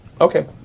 Okay